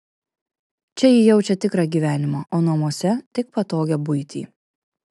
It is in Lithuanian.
čia ji jaučia tikrą gyvenimą o namuose tik patogią buitį